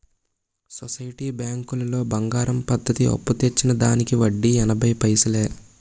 society బ్యాంకులో బంగారం పద్ధతి అప్పు తెచ్చిన దానికి వడ్డీ ఎనభై పైసలే